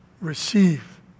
receive